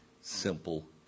simple